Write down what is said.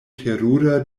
terura